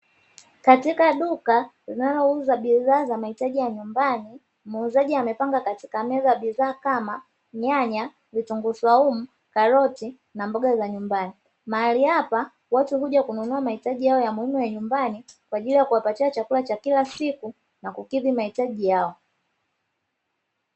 Katika duka linalo uza bidhaa za mahitaji ya nyumbani, muuzaji amepanga katika meza bidhaa kama: nyanya, vitunguu swaumu, karoti, na mboga za nyumbani, mahali hapa watu kuja kununua mahitaji haya ya muhimu ya nyumbani, kwa ajili ya kuwapatia chakula cha kila siku na kukidhi mahitaji yao.